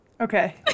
Okay